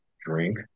drink